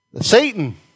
Satan